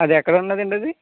అది ఎక్కడ ఉంది అండి అది